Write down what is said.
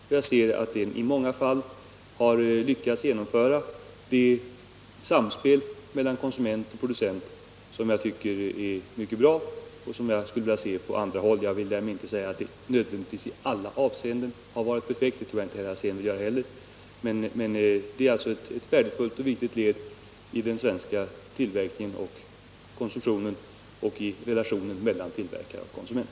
Kooperationen har i många fall lyckats genomföra samspel mellan konsument och producent som jag anser är mycket bra och som jag skulle vilja se på andra håll. Jag vill därmed inte säga att den i alla avseenden har varit perfekt. Jag tror inte att herr Alsén heller vill göra det. Men den är ett värdefullt och viktigt led i den svenska tillverkningen och konsumtionen och i relationen mellan tillverkare och konsument.